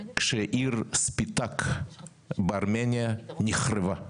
כשעיר ספיטאק בארמניה נחרבה.